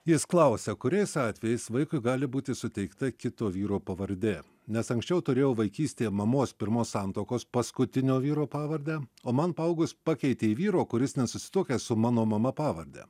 jis klausia kuriais atvejais vaikui gali būti suteikta kito vyro pavardė nes anksčiau turėjau vaikystėje mamos pirmos santuokos paskutinio vyro pavardę o man paaugus pakeitė į vyro kuris nesusituokęs su mano mama pavardę